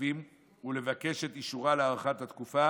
הכספים ולבקש את אישורה להארכת התקופה